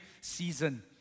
season